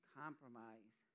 compromise